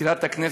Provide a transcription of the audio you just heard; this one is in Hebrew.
מזכירת הכנסת,